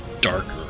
darker